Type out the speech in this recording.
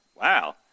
wow